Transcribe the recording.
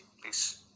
please